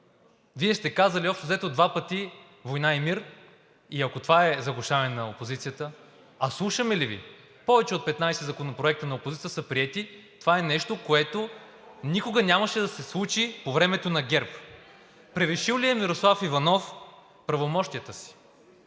Вие сте казали общо взето два пъти „Война и мир“, и ако това е заглушаване на опозицията?! А слушаме ли Ви? Повече от 15 законопроекта на опозицията са приети. Това е нещо, което никога нямаше да се случи по времето на ГЕРБ. Превишил ли е Мирослав Иванов правомощията си?